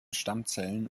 stammzellen